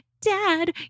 dad